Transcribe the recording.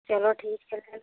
चलो ठीक है